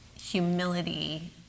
humility